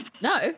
No